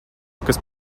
kas